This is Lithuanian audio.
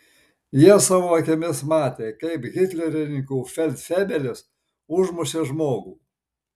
jie savo akimis matė kaip hitlerininkų feldfebelis užmušė žmogų